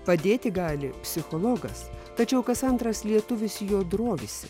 padėti gali psichologas tačiau kas antras lietuvis jo drovisi